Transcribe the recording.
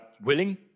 willing